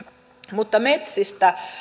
mutta metsistä